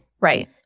Right